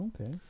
Okay